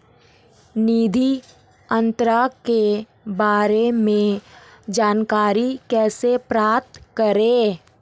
निधि अंतरण के बारे में जानकारी कैसे प्राप्त करें?